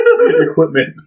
Equipment